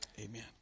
amen